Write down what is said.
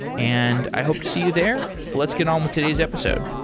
and i hope to see you there. let's get on with today's episode